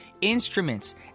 instruments